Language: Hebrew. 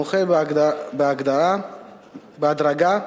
המוחל בהדרגה,